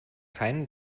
keinen